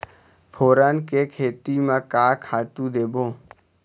फोरन के खेती म का का खातू देबो?